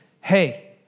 hey